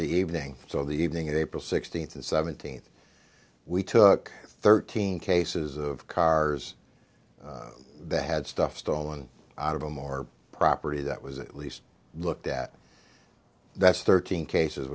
the evening so the evening of april sixteenth and seventeenth we took thirteen cases of cars that had stuff stolen out of them or property that was at least looked at that's thirteen cases